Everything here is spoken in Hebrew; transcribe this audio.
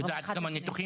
את יודעת כמה ניתוחים?